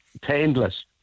painless